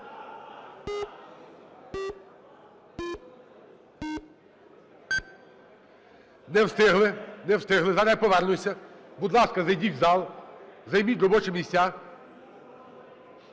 Не встигли. Не встигли, зараз я повернуся. Будь ласка, зайдіть в зал, займіть робочі місця.